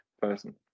person